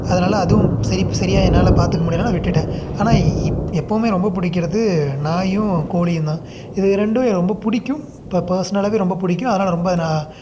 அதனால் அதுவும் சரி இப்போ சரியாக என்னால் பார்த்துக்க முடியலைனால விட்டுட்டேன் ஆனால் எப்போதுமே ரொம்ப பிடிக்கிறது நாயும் கோழியுந்தான் இதுகள் ரெண்டும் எனக்கு ரொம்ப பிடிக்கும் பர்ஸனலாகவே ரொம்ப பிடிக்கும் அதனால் ரொம்ப நான்